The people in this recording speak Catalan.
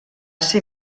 ser